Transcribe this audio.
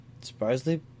surprisingly